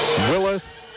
Willis